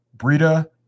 Brita